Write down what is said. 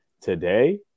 today